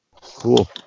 Cool